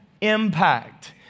impact